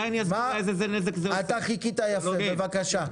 אתה חיכית יפה, בבקשה.